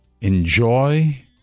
enjoy